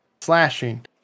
slashing